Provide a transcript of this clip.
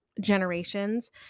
generations